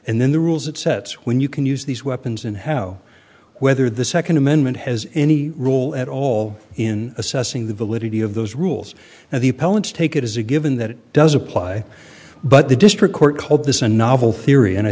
and then the rules it sets when you can use these weapons and how whether the second amendment has any role at all in assessing the validity of those rules and the appellant to take it as a given that it does apply but the district court called this a novel theory and i